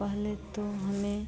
पहले तो हमें